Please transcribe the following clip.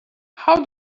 how